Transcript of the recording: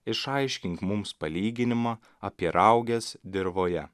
išaiškink mums palyginimą apie rauges dirvoje